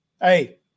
Hey